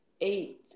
eight